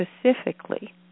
specifically